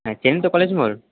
হ্যাঁ চেনেন তো কলেজ মোড়